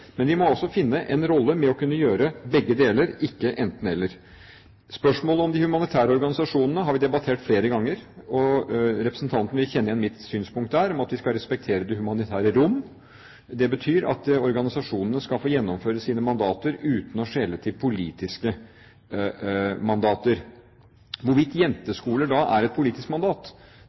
Vi må altså finne en rolle der en kan gjøre begge deler, ikke enten–eller. Spørsmålet om de humanitære organisasjonene har vi debattert flere ganger, og representanten vil kjenne igjen mitt synspunkt, at vi skal respektere det humanitære rom. Det betyr at organisasjonene skal få gjennomføre sine mandater uten å skjele til politiske mandater. Hvorvidt jenteskoler er et politisk mandat,